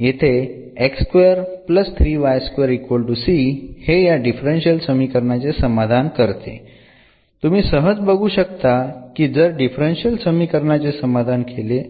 येथे हे या डिफरन्शियल समीकरणाचे समाधान करते तुम्ही सहज बघू शकता की जर डिफरन्शियल समीकरणाचे समाधान केले